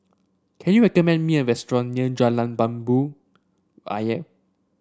can you recommend me a restaurant near Jalan Jambu Ayer